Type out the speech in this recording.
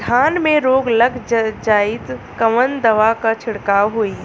धान में रोग लग जाईत कवन दवा क छिड़काव होई?